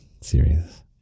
series